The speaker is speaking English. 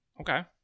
Okay